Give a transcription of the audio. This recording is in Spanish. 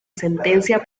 sentencia